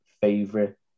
favorite